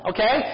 Okay